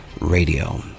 Radio